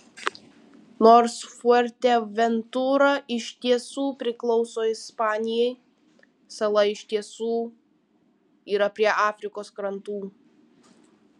nors fuerteventura iš tiesų priklauso ispanijai sala iš tiesų yra prie afrikos krantų